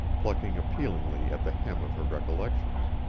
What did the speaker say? plucking appealingly at the hem of her recollections.